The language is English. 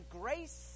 grace